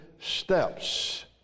steps